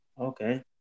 Okay